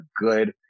good